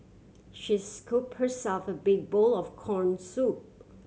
she scoop herself a big bowl of corn soup